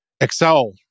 Excel